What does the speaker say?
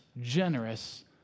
generous